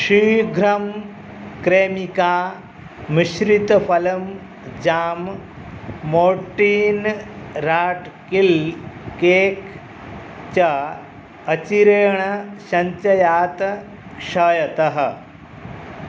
शीघ्रं क्रेमिका मिश्रितफलम् jam Mortein rat kill cake च अचिरेण सञ्चयात् क्षयतः